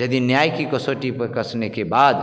यदि न्याय की कसौटी पर कसने के बाद